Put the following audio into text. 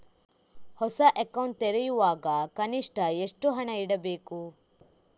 ಹೊಸ ಅಕೌಂಟ್ ತೆರೆಯುವಾಗ ಕನಿಷ್ಠ ಎಷ್ಟು ಹಣ ಇಡಬೇಕು?